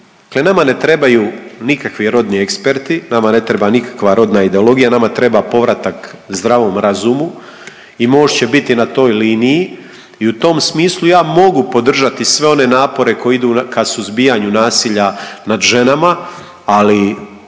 nama je trebaju nikakvi rodni eksperti, nama ne treba nikakva rodna ideologija, nama treba povratak zdravom razumu i Most će biti na toj liniji i u tom smislu ja mogu podržati sve one napore koji idu ka suzbijanju nasilja nad ženama, ali